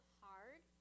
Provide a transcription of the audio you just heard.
hard